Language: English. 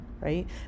right